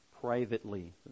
privately